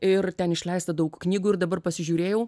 ir ten išleista daug knygų ir dabar pasižiūrėjau